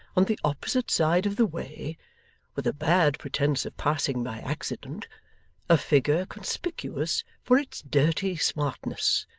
on the opposite side of the way with a bad pretense of passing by accident a figure conspicuous for its dirty smartness,